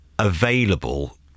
available